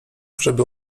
żeby